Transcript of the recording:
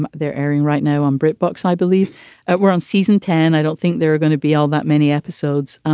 um they're airing right now on brit books. i believe we're on season ten. i don't think there are going to be all that many episodes.